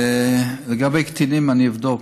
לגבי קטינים, אני אבדוק.